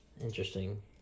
Interesting